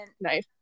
nice